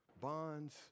bonds